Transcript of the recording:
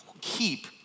keep